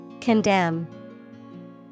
Condemn